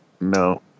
No